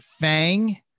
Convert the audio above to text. FANG